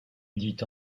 dit